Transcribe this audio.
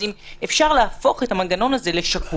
אז אם אפשר להפוך את המנגנון הזה לשקוף.